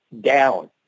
down